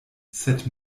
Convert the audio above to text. sed